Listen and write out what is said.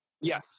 Yes